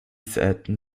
seiten